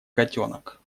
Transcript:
котенок